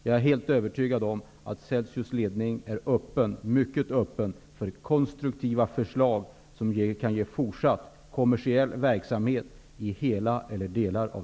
Jag är helt övertygad om att Celsius ledning är mycket öppen för konstruktiva förslag som kan ge fortsatt kommersiell verksamhet i hela eller delar av